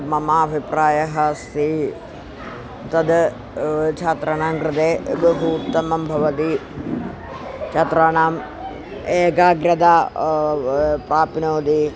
मम अभिप्रायः अस्ति तद् छात्राणां कृते बहु उत्तमं भवति छात्राणाम् एकाग्रता प्राप्नोति